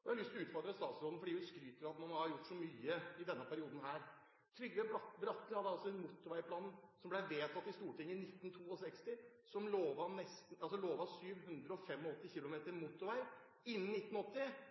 Jeg har lyst til å utfordre statsråden, fordi hun skryter av at man har gjort så mye i denne perioden: Trygve Bratteli hadde en motorveiplan som ble vedtatt i Stortinget i 1962, som lovet 785 km motorvei innen 1980,